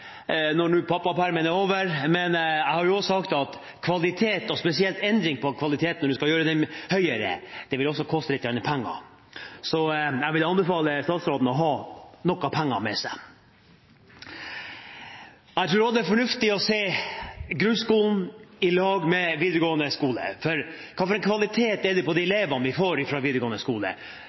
når pappapermen er over. Men jeg har sagt at kvalitet, og spesielt endring når man skal gjøre kvaliteten bedre, vil koste litt penger. Jeg vil anbefale statsråden å ha penger med seg. Jeg tror også det er fornuftig å se grunnskolen sammen med videregående skole. Hva slags kvalitet er det på de elevene vi får fra videregående skole?